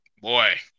Boy